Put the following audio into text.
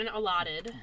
allotted